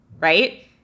right